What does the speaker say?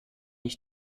ich